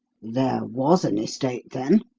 there was an estate, then?